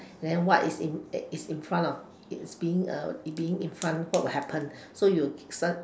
then what is in is in front of it's being a being in front what will happen so you san~